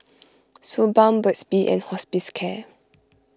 Suu Balm Burt's Bee and